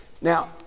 Now